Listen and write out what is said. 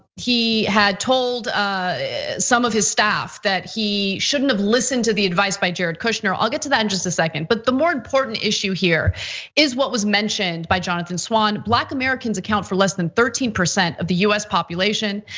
he had told some of his staff that he shouldn't have listened to the advice by jared kushner. i'll get to that in just a second. but the more important issue here is what was mentioned by jonathan swan. black americans account for less than thirteen percent of the us population,